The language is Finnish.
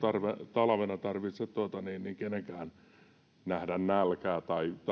talvena tarvitse kenenkään nähdä nälkää